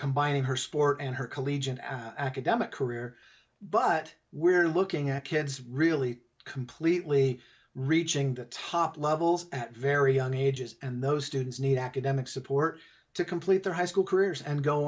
combining her sport and her collegiate academic career but we're looking at kids really completely reaching the top levels at very young ages and those students need academic support to complete their high school careers and go